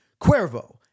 Cuervo